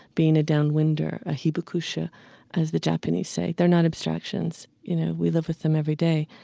being a downwinder, a hibakusha as the japanese say. they're not abstractions. you know, we live with them every day